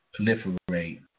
proliferate